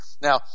Now